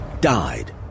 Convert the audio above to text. died